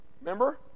Remember